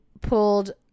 pulled